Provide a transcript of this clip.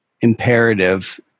imperative